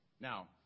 Now